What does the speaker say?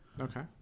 Okay